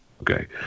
okay